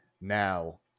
now